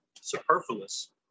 superfluous